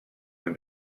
when